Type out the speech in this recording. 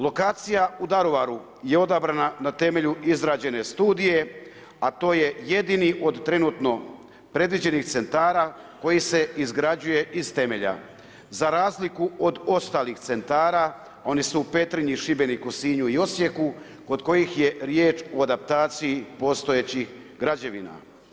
Lokacija u Daruvaru je odabrana na temelju izrađene studije, a to je jedini od trenutno predviđenih centara koji se izgrađuje iz temelja za razliku od ostalih centara oni su u Petrinji, Šibeniku, Sinju i Osijeku kod kojih je riječ o adaptaciji postojećih građevina.